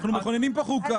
אנחנו מכוננים פה חוקה.